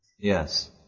Yes